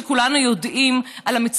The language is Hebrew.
שכולנו יודעים עליהם,